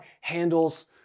handles